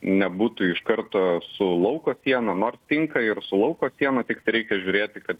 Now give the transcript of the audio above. nebūtų iš karto su lauko siena nors tinka ir su lauko siena tiktai reikia žiūrėti kad